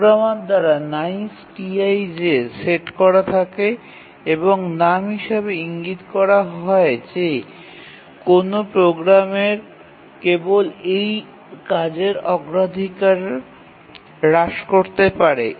programmer দ্বারা niceTi j set করা থাকে এবং নাম হিসাবে ইঙ্গিত করা হয় যে কোনও প্রোগ্রামার কেবল এই কাজের অগ্রাধিকার হ্রাস করতে পারে